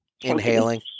inhaling